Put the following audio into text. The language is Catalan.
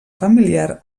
familiar